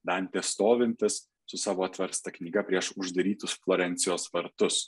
dantė stovintis su savo atversta knyga prieš uždarytus florencijos vartus